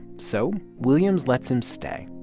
so williams lets him stay.